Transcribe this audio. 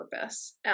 purpose